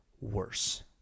worse